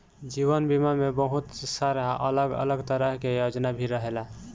जीवन बीमा में बहुत सारा अलग अलग तरह के योजना भी रहेला